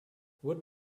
would